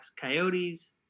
Coyotes